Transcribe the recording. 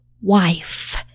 wife